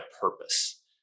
purpose